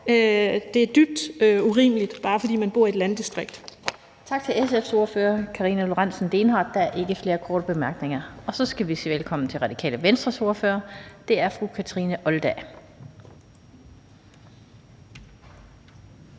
Kl. 16:37 Den fg. formand (Annette Lind): Tak til SF's ordfører, Karina Lorentzen Dehnhardt. Der er ikke flere korte bemærkninger. Så skal vi sige velkommen til Radikale Venstres ordfører, og det er fru Kathrine Olldag.